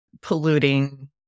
polluting